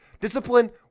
Discipline